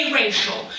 racial